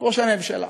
ראש הממשלה.